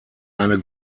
eine